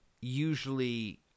Usually